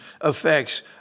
affects